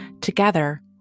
Together